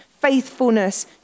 faithfulness